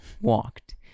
walked